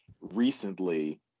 recently